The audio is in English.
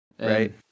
Right